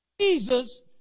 Jesus